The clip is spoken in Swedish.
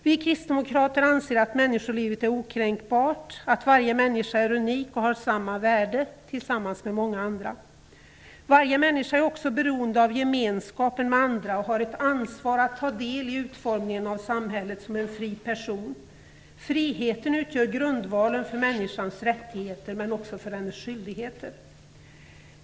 Vi kristdemokrater anser att människolivet är okränkbart, att varje människa är unik och har samma värde, tillsammans med många andra. Varje människa är också beroende av gemenskapen med andra och har ett ansvar att ta del i utformningen av samhället som en fri person. Friheten utgör grundvalen för människans rättigheter men också för hennes skyldigheter.